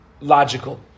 logical